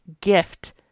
gift